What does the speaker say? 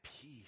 peace